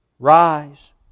Rise